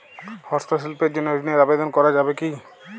হস্তশিল্পের জন্য ঋনের আবেদন করা যাবে কি?